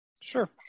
Sure